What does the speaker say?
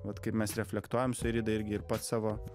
vat kaip mes reflektuojam su irida irgi ir pats savo